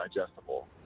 digestible